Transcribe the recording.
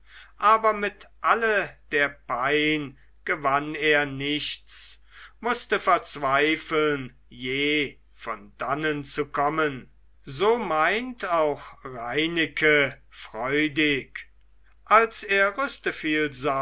aber mit alle der pein war nichts gewonnen er glaubte nimmer von dannen zu kommen so meint auch reineke freudig als er